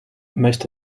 most